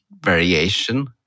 variation